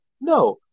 No